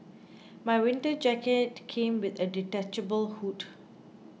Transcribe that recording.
my winter jacket came with a detachable hood